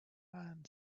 man